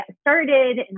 started